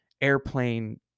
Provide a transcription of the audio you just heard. airplane